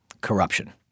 corruption